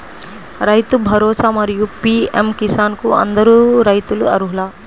రైతు భరోసా, మరియు పీ.ఎం కిసాన్ కు అందరు రైతులు అర్హులా?